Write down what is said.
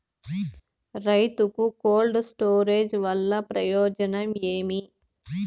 రైతుకు cold storage వల్ల ప్రయోజనం ఏమి?